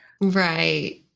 Right